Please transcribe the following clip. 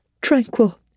tranquil